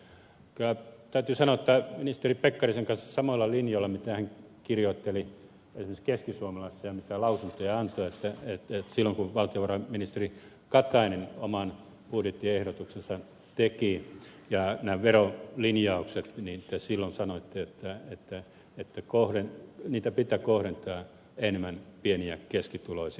täytyy sanoa että olen ministeri pekkarisen kanssa samoilla linjoilla siinä mitä hän kirjoitteli esimerkiksi keskisuomalaisessa ja mitä lausuntoja hän antoi silloin kun valtiovarainministeri katainen oman budjettiehdotuksensa ja nämä verolinjaukset teki kun te silloin sanoitte että niitä pitää kohdentaa enemmän pieni ja keskituloisiin